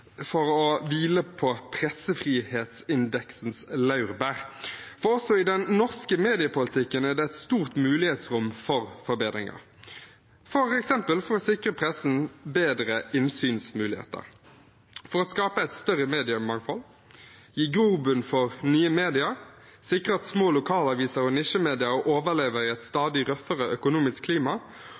å hvile på pressefrihetsindeksens laurbær. For også i den norske mediepolitikken er det et stort mulighetsrom for forbedringer, f.eks. for å sikre pressen bedre innsynsmuligheter, skape et større mediemangfold, gi grobunn for nye medier, sikre at små lokalaviser og nisjemedier overlever i et stadig røffere økonomisk klima,